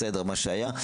בסדר מה שהיה,